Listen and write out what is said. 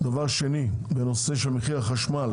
דבר שני, בנושא מחירי החשמל